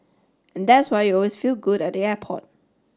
and that's why you always feel good at the airport